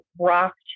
rocked